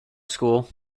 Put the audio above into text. school